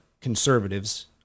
conservatives